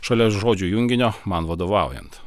šalia žodžių junginio man vadovaujant